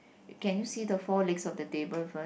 can you see the four legs of the table first